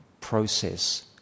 process